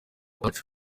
touch